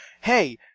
hey